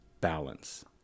balance